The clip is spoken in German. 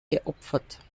geopfert